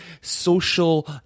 social